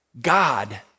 God